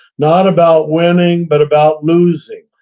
not about winning, but about losing.